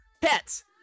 pets